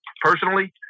personally